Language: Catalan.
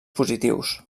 positius